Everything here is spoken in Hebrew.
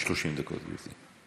30 דקות, גברתי.